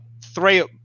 three